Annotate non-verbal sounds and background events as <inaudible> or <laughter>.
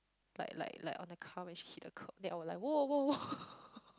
like like like on the car when she hit the kerb then I will like !woah! !woah! !woah! <laughs>